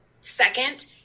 second